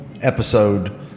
episode